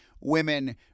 women